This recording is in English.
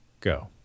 go